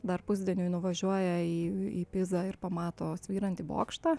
dar pusdieniui nuvažiuoja į į pizą ir pamato svyrantį bokštą